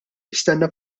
jistenna